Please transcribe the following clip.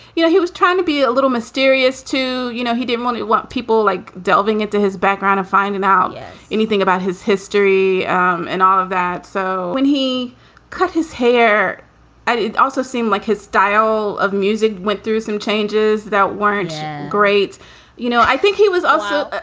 you know, he was trying to be a little mysterious, too. you know, he didn't want it. weren't people like delving into his background of finding out yeah anything anything about his history um and all of that? so when he cut his hair and it also seemed like his style of music went through some changes that weren't great you know, i think he was also